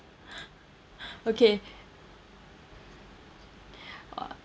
okay